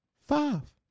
Five